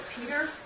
Peter